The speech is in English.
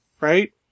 right